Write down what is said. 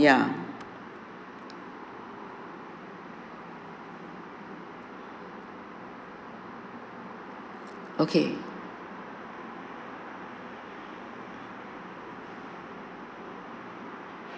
ya okay